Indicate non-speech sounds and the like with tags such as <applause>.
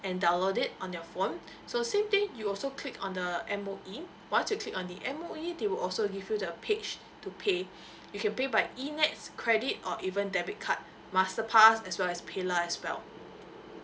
and download it on your phone <breath> so same thing you also click on the M_O_E once you click on the M_O_E they will also give you the page to pay <breath> you can pay by e max credit or even debit card master pass as well as paylah as well